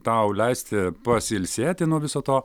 tau leisti pasiilsėti nuo viso to